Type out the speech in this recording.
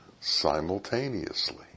simultaneously